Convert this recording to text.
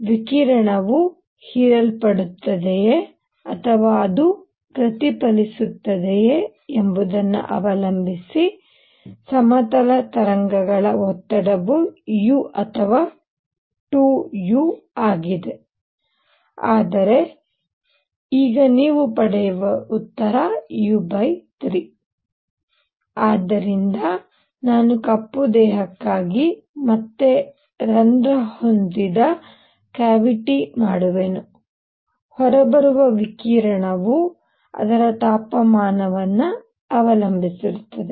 ವಿಕಿರಣವು ಹೀರಲ್ಪಡುತ್ತದೆಯೇ ಅಥವಾ ಅದು ಪ್ರತಿಫಲಿಸುತ್ತದೆಯೇ ಎಂಬುದನ್ನು ಅವಲಂಬಿಸಿ ಸಮತಲ ತರಂಗಗಳ ಒತ್ತಡವು u ಅಥವಾ 2u ಆಗಿದೆ ಆದರೆ ಈಗ ನೀವು ಪಡೆಯುವ ಉತ್ತರ u3 ಆದ್ದರಿಂದ ನಾನು ಕಪ್ಪು ದೇಹಕ್ಕಾಗಿ ಮತ್ತೆ ರಂಧ್ರ ಹೊಂದಿದ ಕ್ಯಾವಿಟಿ ಮಾಡುವೆನು ಹೊರಬರುವ ವಿಕಿರಣವು ಅದರ ತಾಪಮಾನವನ್ನು ಅವಲಂಬಿಸಿರುತ್ತದೆ